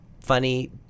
funny